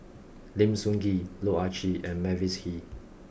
Lim Sun Gee Loh Ah Chee and Mavis Hee